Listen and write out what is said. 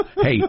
Hey